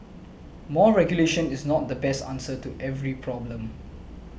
more regulation is not the best answer to every problem